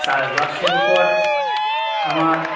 চাষবাসের উপর আমার